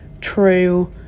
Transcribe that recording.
true